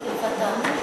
למה, ?